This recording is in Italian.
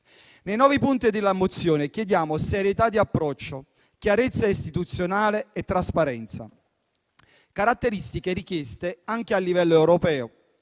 Nei novi punti della mozione chiediamo serietà di approccio, chiarezza istituzionale e trasparenza: caratteristiche richieste anche a livello europeo.